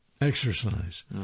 Exercise